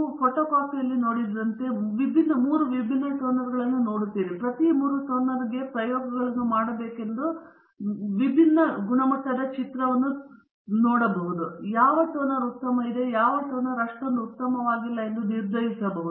ನಾವು ಫೋಟೊಕಾಪಿಯರ್ನಲ್ಲಿ ನೋಡುತ್ತಿದ್ದೇವೆ ಮತ್ತು ಫೋಟೊಕಾಪಿಯರ್ನಲ್ಲಿ ಬಳಸಿದ ಮೂರು ವಿಭಿನ್ನ ಟೋನರುಗಳನ್ನು ನೋಡುತ್ತಿದ್ದೇವೆ ನೀವು ಪ್ರತಿ ಮೂರು ಟೋನರಿಗೆ ಪ್ರಯೋಗಗಳನ್ನು ಮಾಡಬೇಕೆಂದು ಚಿತ್ರದ ಗುಣಮಟ್ಟವನ್ನು ನೋಡಿ ಮತ್ತು ಯಾವ ಟೋನರು ಉತ್ತಮ ಮತ್ತು ಯಾವ ಟೋನರು ಅಷ್ಟೊಂದು ಉತ್ತಮವಾಗಿಲ್ಲ ಎಂದು ನಿರ್ಧರಿಸಲು